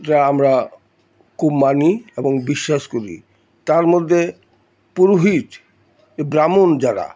যা আমরা খুব মানি এবং বিশ্বাস করি তার মধ্যে পুরোহিত ব্রাহ্মণ যারা